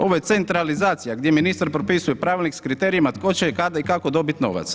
Ovo je centralizacija gdje ministar propisuje pravilnik s kriterijima tko će kada i kako dobit novac.